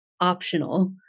optional